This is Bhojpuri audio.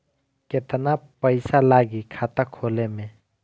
केतना पइसा लागी खाता खोले में?